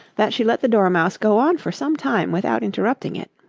that she let the dormouse go on for some time without interrupting it.